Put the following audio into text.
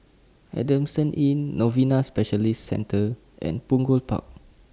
Adamson Inn Novena Specialist Centre and Punggol Park